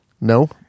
No